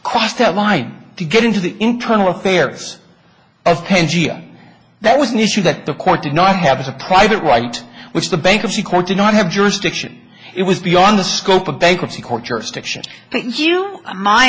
crossed that line to get into the internal affairs as that was an issue that the court did not have a private right which the bankruptcy court did not have jurisdiction it was beyond the scope of bankruptcy court jurisdiction